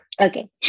okay